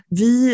vi